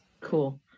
Cool